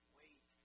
wait